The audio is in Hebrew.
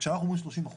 כשאנחנו אומרים 30%,